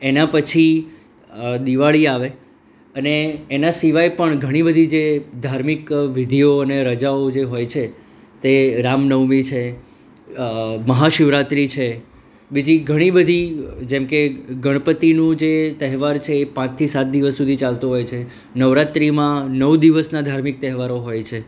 એના પછી દિવાળી આવે અને એના સિવાય પણ ઘણીબધી જે ધાર્મિક વિધિઓ અને રજાઓ જે હોય છે તે રામનવમી છે મહાશિવરાત્રી છે બીજી ઘણીબધી જેમ કે ગણપતિનું જે તહેવાર એ પાંચથી સાત દિવસ સુધી ચાલતો હોય છે નવરાત્રીમાં નવ દિવસના ધાર્મિક તહેવારો હોય છે